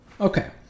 Okay